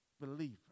believer